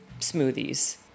smoothies